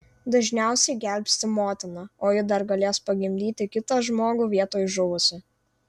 dažniausiai gelbsti motiną o ji dar galės pagimdyti kitą žmogų vietoj žuvusio